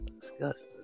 disgusting